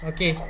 Okay